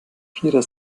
vierer